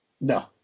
No